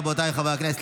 רבותיי חברי הכנסת,